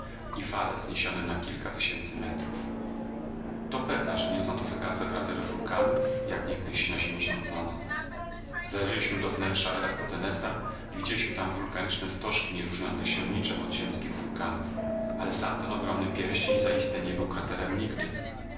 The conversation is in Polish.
i wale wzniesionym na kilka tysięcy metrów to pewna że nie są to wygasłe kratery wulkanów jak niegdyś na ziemi sądzono zajrzeliśmy do wnętrza eratosthenesa i widzieliśmy tam wulkaniczne stożki nie różniące się niczem od ziemskich wulkanów ale sam ten ogromny pierścień zaiste nie był kraterem nigdy